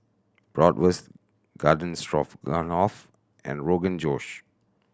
Bratwurst Garden and Rogan Josh